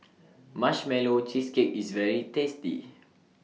Marshmallow Cheesecake IS very tasty